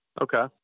Okay